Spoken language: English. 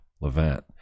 Levant